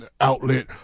outlet